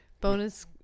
bonus